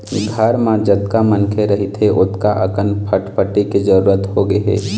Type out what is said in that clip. घर म जतका मनखे रहिथे ओतका अकन फटफटी के जरूरत होगे हे